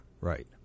right